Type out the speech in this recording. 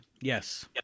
Yes